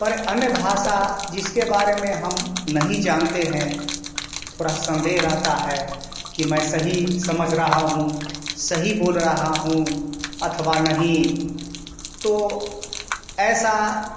पर अन्य भाषा जिसके बारे में हम नहीं जानते हैं थोड़ा संदेह रहता है कि मैं सही समझ रहा हूँ सही बोल रहा हूँ अथवा नहीं तो ऐसा